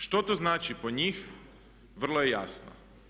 Što to znači po njih, vrlo je jasno.